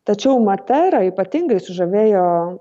tačiau matera ypatingai sužavėjo